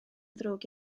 ddrwg